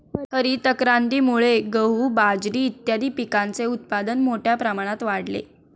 हरितक्रांतीमुळे गहू, बाजरी इत्यादीं पिकांचे उत्पादन मोठ्या प्रमाणात वाढले